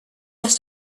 ist